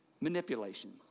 manipulation